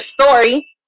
story